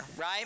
right